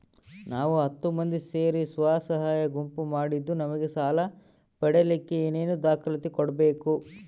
ನಾವು ಹತ್ತು ಮಂದಿ ಸೇರಿ ಸ್ವಸಹಾಯ ಗುಂಪು ಮಾಡಿದ್ದೂ ನಮಗೆ ಸಾಲ ಪಡೇಲಿಕ್ಕ ಏನೇನು ದಾಖಲಾತಿ ಕೊಡ್ಬೇಕು?